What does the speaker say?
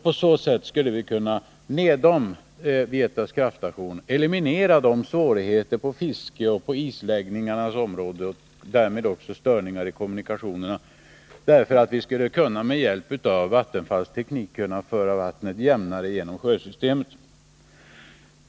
På så sätt skulle vi nedom Vietas kraftstation kunna eliminera svårigheter när det gäller fiske 111 och isläggning och därmed störningar i kommunikationerna, genom att med hjälp av Vattenfalls teknik-föra vattnet jämnare genom sjösystemet.